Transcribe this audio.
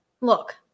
Look